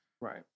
Right